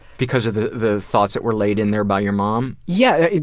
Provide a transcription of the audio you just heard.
because of the the thoughts that were laid in there by your mom? yeah,